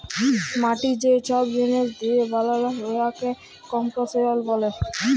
মাটি যে ছব জিলিস দিঁয়ে বালাল উয়াকে কম্পসিশল ব্যলে